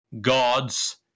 gods